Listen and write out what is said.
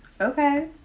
Okay